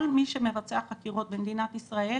כל מי שמבצע חקירות במדינת ישראל,